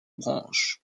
branche